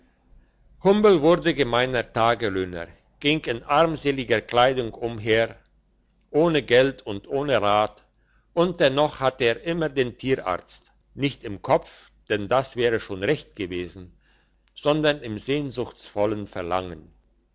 humbel wurde gemeiner tagelöhner ging in armseliger kleidung umher ohne geld und ohne rat und dennoch hatte er noch immer den tierarzt nicht im kopf denn das wäre schon recht gewesen sondern im sehnsuchtsvollen verlangen